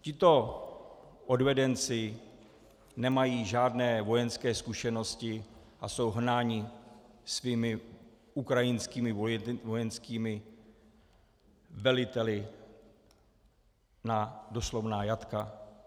Tito odvedenci nemají žádné vojenské zkušenosti a jsou hnáni svými ukrajinskými vojenskými veliteli na doslovná jatka.